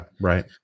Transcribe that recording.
Right